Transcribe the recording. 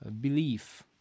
belief